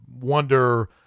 wonder